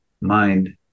mind